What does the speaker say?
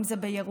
אם זה בירוחם,